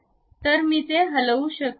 तर मी ते हलवू शकत नाही